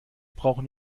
brauchen